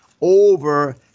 Over